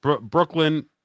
Brooklyn